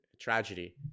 tragedy